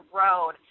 road